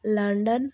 London